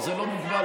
זה לא מוגבל,